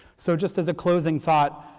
so just as a closing thought,